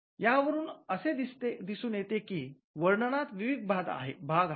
या वरून असे दिसून येते कि वर्णनात विविध भाग आहेत